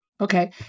Okay